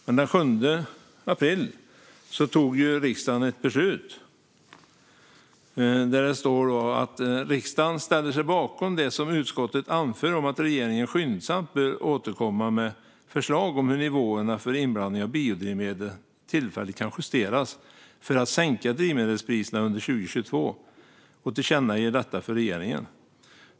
Men den 7 april tog riksdagen ett beslut där det står att "riksdagen ställer sig bakom det som utskottet anför om att regeringen skyndsamt bör återkomma med förslag om hur nivåerna för inblandning av biodrivmedel tillfälligt kan justeras för att sänka drivmedelspriserna under 2022 och tillkännager detta för regeringen".